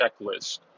checklist